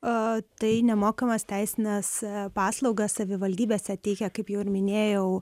o tai nemokamas teisines paslaugas savivaldybėse teikia kaip jau minėjau